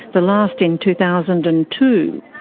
the last in two thousand and two.